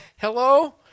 Hello